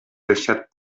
deixat